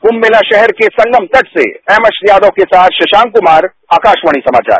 कुंभ मेला शहर के संगम तट से एम एस यादव के साथ शशांक कुमार आकाशवाणी समाचार